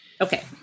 Okay